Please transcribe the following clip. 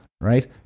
right